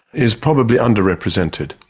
is probably underrepresented.